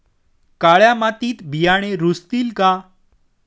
काळ्या मातीत बियाणे रुजतील का?